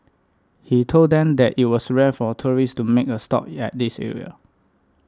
he told them that it was rare for tourists to make a stop yet this area